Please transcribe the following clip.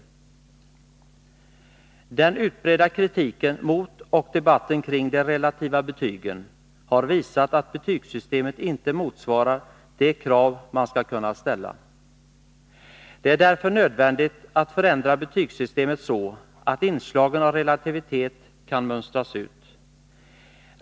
Den utbredda kritiken mot och debatten om de relativa betygen har visat att betygssystemet inte motsvarar de krav man skall kunna ställa. Det är därför nödvändigt att förändra betygssystemet så, att inslagen av relativitet kan mönstras ut.